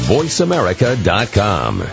VoiceAmerica.com